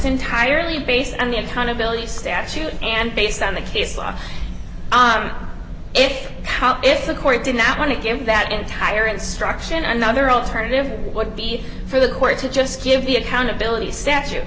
entirely based on the accountability statute and based on the case law on it if the court did not want to give that entire instruction another alternative would be for the court to just give the accountability statue